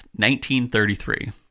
1933